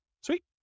Sweet